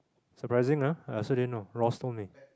surprising ah I also didn't know Ross told me